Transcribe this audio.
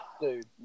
Dude